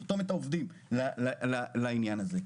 לרתום את העובדים לעניין הזה.